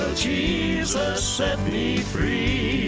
jesus set me free i